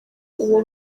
uwo